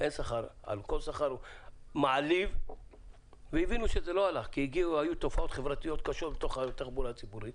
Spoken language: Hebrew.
זה לא הלך כי היו תופעות חברתיות קשות בתוך התחבורה הציבורית